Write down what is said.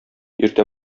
иртә